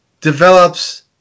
develops